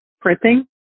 printing